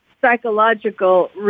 psychological